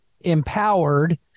empowered